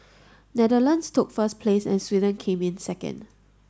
Netherlands took first place and Sweden came in second